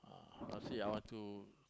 I say I want to